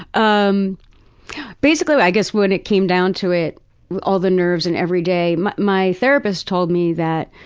um basically, i guess, when it came down to it, with all the nerves and every day, my my therapist told me that,